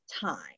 time